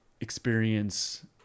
experience